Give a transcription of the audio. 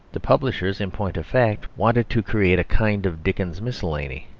the publishers, in point of fact, wanted to create a kind of dickens miscellany,